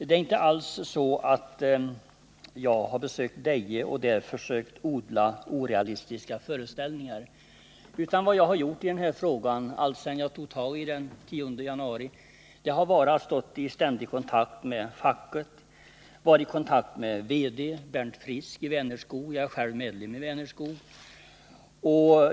Det är inte alls så att jag har besökt Deje och där försökt odla orealistiska föreställningar, utan vad jag har gjort i den här frågan, alltsedan jag den 10 januari tog tagiden, är att jag har stått i ständig kontakt med facket och varit i kontakt med VD Bernt Frisk i Vänerskog — där jag själv är medlem.